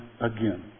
again